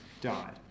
died